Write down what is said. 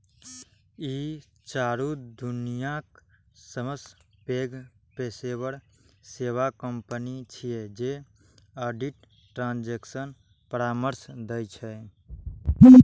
ई चारू दुनियाक सबसं पैघ पेशेवर सेवा कंपनी छियै जे ऑडिट, ट्रांजेक्शन परामर्श दै छै